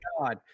God